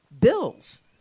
bills